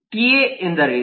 TA ಎಂದರೇನು